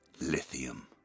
Lithium